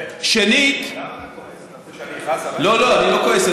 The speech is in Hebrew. שנית, למה אתה כועס?